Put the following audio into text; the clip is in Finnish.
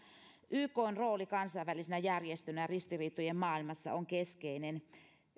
ykn rooli kansainvälisenä järjestönä ristiriitojen maailmassa on keskeinen